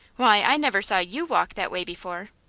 why, i never saw you walk that way before.